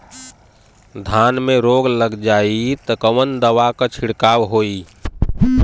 धान में रोग लग जाईत कवन दवा क छिड़काव होई?